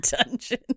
dungeon